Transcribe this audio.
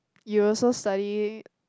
you also study